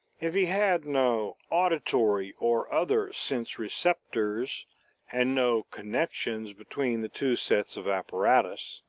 if he had no auditory or other sense-receptors and no connections between the two sets of apparatus,